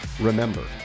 Remember